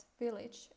village